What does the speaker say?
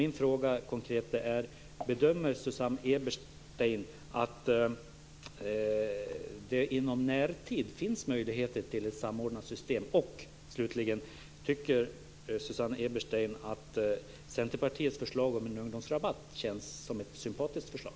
Min fråga är konkret: Bedömer Susanne Eberstein att det inom närtid finns möjligheter till ett samordnat system? Slutligen: Tycker Susanne Eberstein att Centerpartiets förslag om en ungdomsrabatt för tandvård känns som ett sympatiskt förslag?